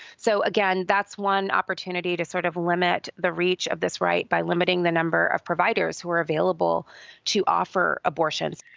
so, again, that's one opportunity to sort of limit the reach of this right, by limiting the number of providers who are available to offer abortions.